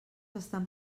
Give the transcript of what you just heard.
estan